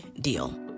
deal